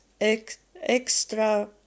extra